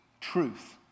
truth